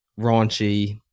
raunchy